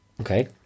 Okay